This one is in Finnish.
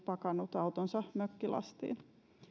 pakannut autoonsa mökkilastin